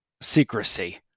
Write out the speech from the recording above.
secrecy